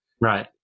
Right